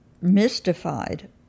mystified